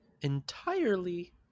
entirely